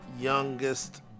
youngest